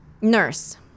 nurse